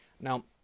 Now